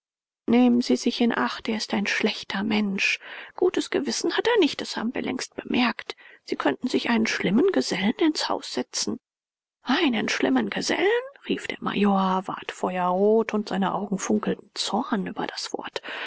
nehmen sie sich in acht er ist ein schlechter mensch gutes gewissen hat er nicht das haben wir längst bemerkt sie könnten sich einen schlimmen gesellen ins haus setzen einen schlimmen gesellen rief der major ward feuerrot und seine augen funkelten zorn über das wort